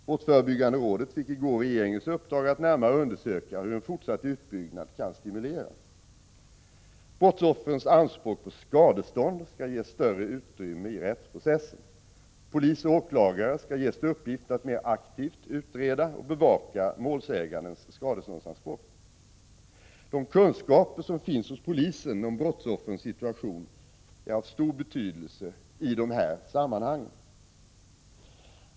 Brottsförebyggande rådet fick i går regeringens uppdrag att närmare undersöka hur en fortsatt utbyggnad kan stimuleras. Brottsoffrens anspråk på skadestånd skall ges större utrymme i rättsprocessen. Polis och åklagare skall få till uppgift att mer aktivt utreda och bevaka målsägandens skadeståndsanspråk. De kunskaper som finns hos polisen om brottsoffrens situation är av stor betydelse i de här sammanhangen.